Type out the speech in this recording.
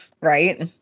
Right